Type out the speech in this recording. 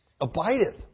Abideth